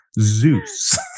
Zeus